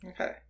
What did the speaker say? Okay